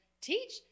teach